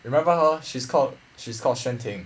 you remember her she's called she's called shuan ting